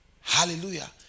Hallelujah